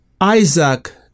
Isaac